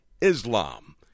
Islam